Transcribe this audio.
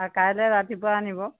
কাইলৈ ৰাতিপুৱা আনিব